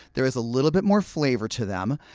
there is a little bit more flavor to them,